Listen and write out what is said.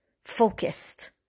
focused